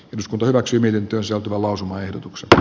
eduskunta hyväksyminen työssä lausumaehdotuksesta